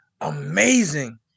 amazing